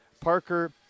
Parker